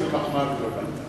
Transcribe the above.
זו מחמאה גדולה.